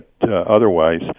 otherwise